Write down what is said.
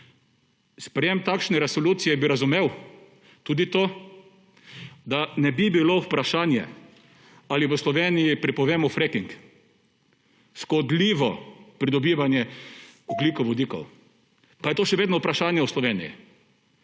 Sprejetje takšne resolucije bi razumel tudi tako, da ne bi bilo vprašanje, ali v Sloveniji prepovemo fracking – škodljivo pridobivanje ogljikovodikov. Pa je to še vedno vprašanje v Sloveniji.